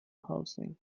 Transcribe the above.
housing